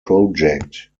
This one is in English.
project